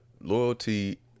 loyalty